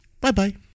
Bye-bye